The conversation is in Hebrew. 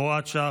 (הוראת שעה,